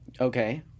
Okay